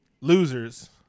losers